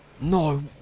No